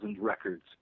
records